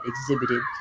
exhibited